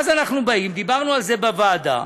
ואז אנחנו באים דיברנו על זה בוועדה,